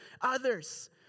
others